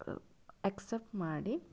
accept ಮಾಡಿ